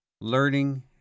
learning